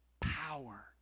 power